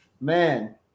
man